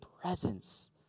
presence